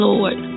Lord